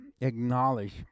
acknowledge